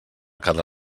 cada